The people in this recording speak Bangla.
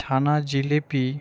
ছানার জিলিপি